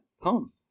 home